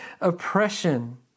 oppression